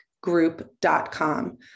group.com